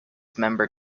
member